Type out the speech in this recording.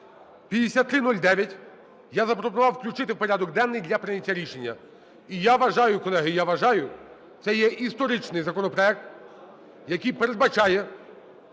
5309 я запропонував включити в порядок денний для прийняття рішення. І я вважаю, колеги, я вважаю, це є історичний законопроект, який передбачає,